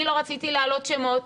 אני לא רציתי להעלות שמות,